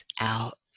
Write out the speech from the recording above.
out